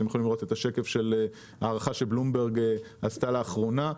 אתם יכולים לראות את שקף ההערכה שבלומברג עשו לאחרונה.